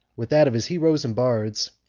with that of his heroes and bards,